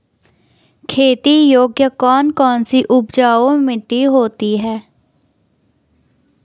खेती योग्य कौन कौन सी उपजाऊ मिट्टी होती है?